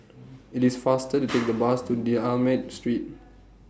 IT IS faster to Take The Bus to D'almeida Street